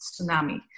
tsunami